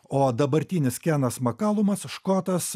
o dabartinis kenas makalumas škotas